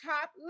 top